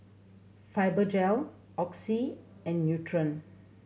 Fibogel Oxy and Nutren